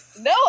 No